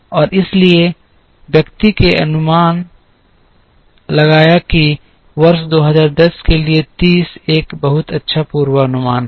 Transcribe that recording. और इसलिए व्यक्ति ने अनुमान लगाया कि वर्ष 2010 के लिए 30 एक बहुत अच्छा पूर्वानुमान है